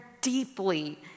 deeply